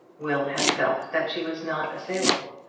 will had felt that she was not assailable.